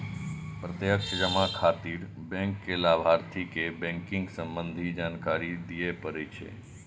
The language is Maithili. प्रत्यक्ष जमा खातिर बैंक कें लाभार्थी के बैंकिंग संबंधी जानकारी दियै पड़ै छै